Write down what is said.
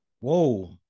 Whoa